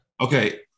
Okay